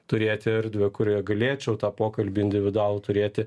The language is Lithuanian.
turėti erdvę kurioje galėčiau tą pokalbį individualų turėti